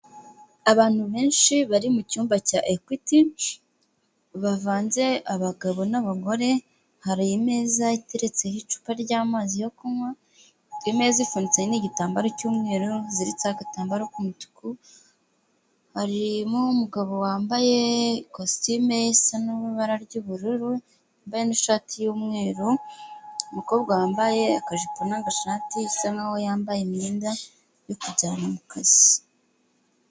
Abantu benshi bari mu cyumba cya ekwiti bavanze abagabo n'abagore hari ameza iteretseho icupa ry'amazi yo kunywa imeza ifunitse n'igitambaro cy'umweru zitsa agatambaro k'umutuku, harimo umugabo wambaye ikositime isa n'ibara ry'ubururu n'ishati y'umweru, umukobwa wambaye akajipo n'agashati isa nk'aho yambaye imyenda yo kujyana mu mukazi.